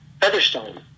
Featherstone